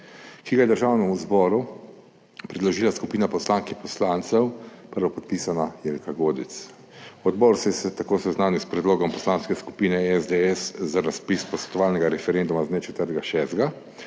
ki ga je Državnemu zboru predložila skupina poslank in poslancev, prvopodpisana Jelka Godec. Odbor se je tako seznanil s predlogom Poslanske skupine SDS za razpis posvetovalnega referenduma z dne 4. 6.,